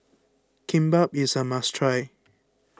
Kimbap is a must try